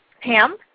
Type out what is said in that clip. Pam